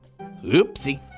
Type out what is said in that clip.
Oopsie